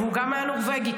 וגם הוא היה נורבגי,